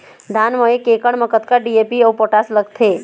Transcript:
धान म एक एकड़ म कतका डी.ए.पी अऊ पोटास लगथे?